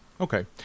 Okay